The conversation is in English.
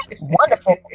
Wonderful